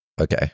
Okay